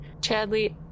chadley